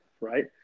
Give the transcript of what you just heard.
right